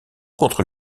contre